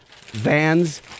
Vans